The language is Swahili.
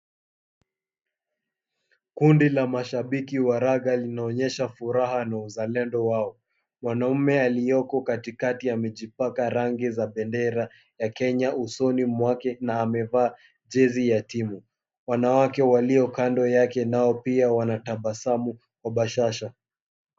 Kundi la mashabiki wa raga linaonyesha furaha na uzalendo wao. Mwanaume aliyeko katikati amejipanga rangi za bendera ya Kenya usoni mwake na amevaa jezi ya timu. Wanawake walio kando yake nao pia wanatabasamu kwa bashasha.